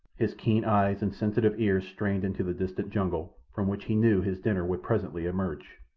his keen eyes and sensitive ears strained into the distant jungle, from which he knew his dinner would presently emerge.